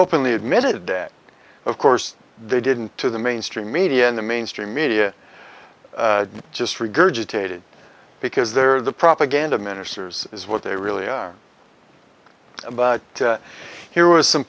openly admitted that of course they didn't to the mainstream media and the mainstream media just regurgitated because they're the propaganda ministers is what they really are about here was some